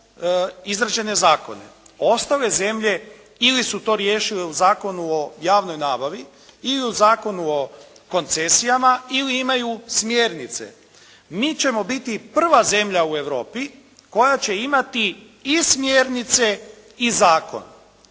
izrađene zakone. Ostale zemlje ili su to riješile u Zakonu o javnoj nabavi ili u Zakonu o koncesijama ili imaju smjernice. Mi ćemo biti prva zemlja u Europi koja će imati i smjernice i zakon,